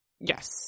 Yes